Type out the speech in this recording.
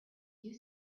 you